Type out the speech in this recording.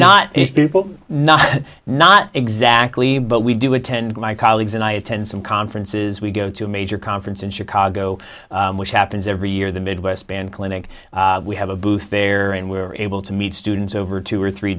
these people not not exactly but we do attend my colleagues and i attend some conferences we go to a major conference in chicago which happens every year the midwest band clinic we have a booth there and we're able to meet students over two or three